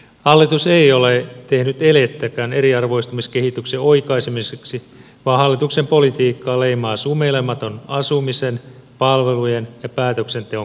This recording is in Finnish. hallitus ei ole tehnyt elettäkään eriarvoistumiskehityksen oikaisemiseksi vaan hallituksen politiikkaa leimaa sumeilematon asumisen palvelujen ja päätöksenteon keskittäminen